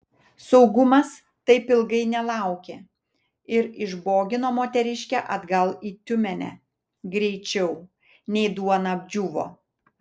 saugumas taip ilgai nelaukė ir išbogino moteriškę atgal į tiumenę greičiau nei duona apdžiūvo